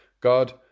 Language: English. God